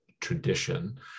tradition